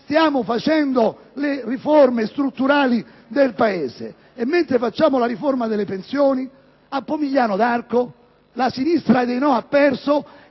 Stiamo facendo le riforme strutturali del Paese. Mentre facciamo la riforma delle pensioni, a Pomigliano d'Arco la sinistra dei no ha perso